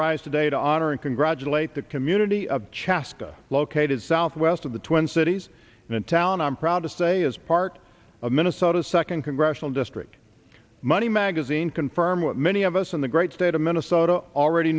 rise today to honor and congratulate the community of chaska located southwest of the twin cities in a town i'm proud to say is part of minnesota second congressional district money magazine confirm what many of us in the great state of minnesota already